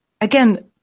again